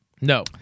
No